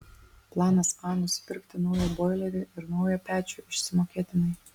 planas a nusipirkti naują boilerį ir naują pečių išsimokėtinai